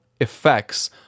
effects